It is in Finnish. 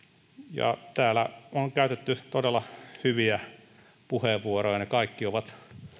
täällä on käytetty todella hyviä puheenvuoroja ne kaikki ovat